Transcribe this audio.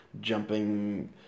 jumping